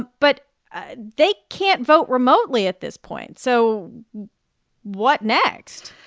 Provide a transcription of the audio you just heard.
but they can't vote remotely at this point. so what next?